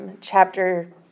chapter